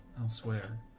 elsewhere